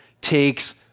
takes